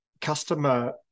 customer